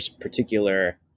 particular